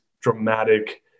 dramatic